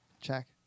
check